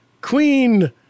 queen